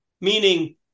Meaning